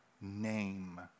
name